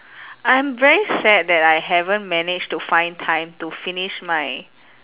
I'm very sad that I haven't managed to find time to finish my